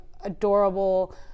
adorable